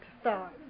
start